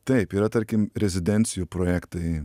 taip yra tarkim rezidencijų projektai